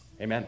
Amen